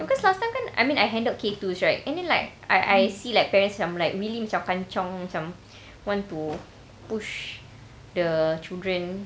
no cause last time kan I mean I handled K two right and then like I I see like parents some like really macam kanchiong macam want to push the children